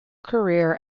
career